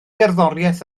gerddoriaeth